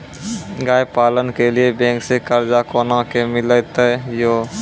गाय पालन के लिए बैंक से कर्ज कोना के मिलते यो?